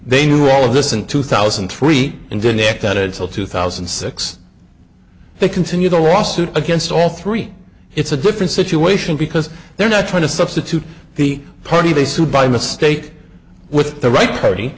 they knew all of this in two thousand and three and didn't act on it till two thousand and six they continued a lawsuit against all three it's a different situation because they're not trying to substitute the party they sue by mistake with the right